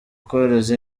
koroza